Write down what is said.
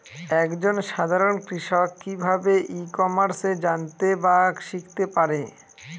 এক জন সাধারন কৃষক কি ভাবে ই কমার্সে জানতে বা শিক্ষতে পারে?